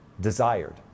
desired